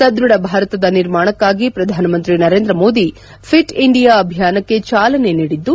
ಸದೃಢ ಭಾರತದ ನಿರ್ಮಾಣಕ್ಕಾಗಿ ಪ್ರಧಾನಮಂತ್ರಿ ನರೇಂದ್ರ ಮೋದಿ ಫಿಟ್ ಇಂಡಿಯಾ ಅಭಿಯಾನಕ್ಕೆ ಚಾಲನೆ ನೀಡಿದ್ದು